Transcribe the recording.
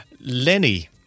lenny